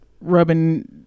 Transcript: rubbing